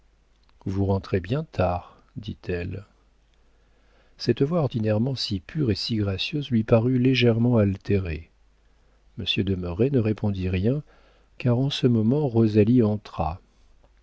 vous rentrez bien tard dit-elle cette voix ordinairement si pure et si gracieuse lui parut légèrement altérée monsieur de merret ne répondit rien car en ce moment rosalie entra